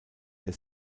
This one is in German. der